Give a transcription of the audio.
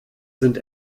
sind